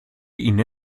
ihnen